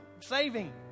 saving